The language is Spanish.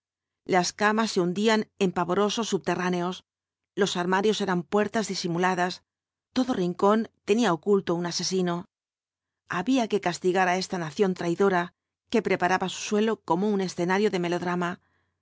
las camas se hundían en pavorosos subterráneos los armarios eran puertas disimuladas todo rincón tenía oculto á un asesino había que castigar á esta nación traidora que preparaba su suelo como un escenario de melodrama